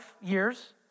years